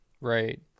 Right